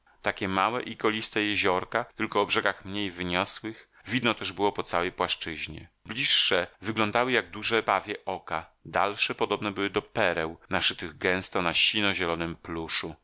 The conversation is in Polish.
takie małe i koliste jeziorka tylko o brzegach mniej wyniosłych widno też było po całej płaszczyźnie bliższe wyglądały jak duże pawie oka dalsze podobne były do pereł naszytych gęsto na sino zielonym pluszu